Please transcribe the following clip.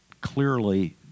clearly